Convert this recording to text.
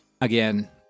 again